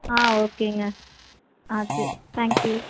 ஆ ஓகேங்க ஆ சரி தேங்க் யூ